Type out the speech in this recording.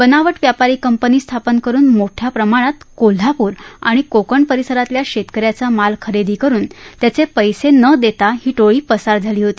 बनावट व्यापारी कंपनी स्थापन करून मोठ्या प्रमाणात कोल्हापूर आणि कोकण परिसरातल्या शेतकऱ्याचा माल खरेदी करून त्याचे पैसे न देता ही टोळी पसार झाली होती